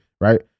right